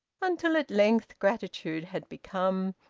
until at length gratitude had become,